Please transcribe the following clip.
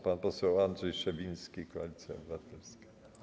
Pan poseł Andrzej Szewiński, Koalicja Obywatelska.